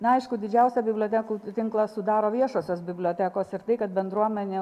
na aišku didžiausią bibliotekų tinklą sudaro viešosios bibliotekos ir tai kad bendruomenė